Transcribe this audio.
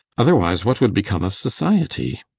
otherwise, what would become of society?